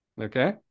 okay